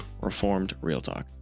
reformedrealtalk